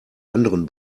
anderen